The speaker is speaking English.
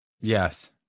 Yes